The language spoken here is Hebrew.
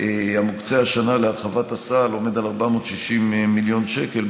המוקצה השנה להרחבת הסל עומד השנה על 460 מיליון שקל,